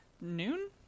noon